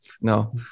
no